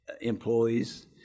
employees